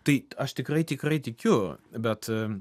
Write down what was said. tai aš tikrai tikrai tikiu bet